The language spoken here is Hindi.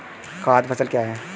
खाद्य फसल क्या है?